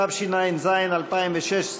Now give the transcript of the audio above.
התשע"ז 2016,